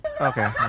Okay